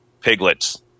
piglets